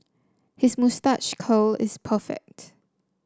his moustache curl is perfect